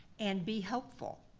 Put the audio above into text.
and be helpful.